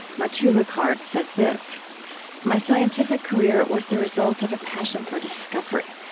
matthieu ricard says this my scientific career was the result of a passion for discovery.